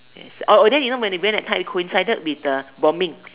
yes oh oh then you know when we when I time it coincided with the bombing